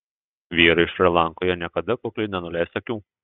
vyrai šri lankoje niekada kukliai nenuleis akių